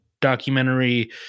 documentary